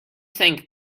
think